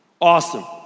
awesome